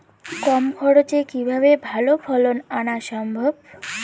কম খরচে কিভাবে ভালো ফলন আনা সম্ভব?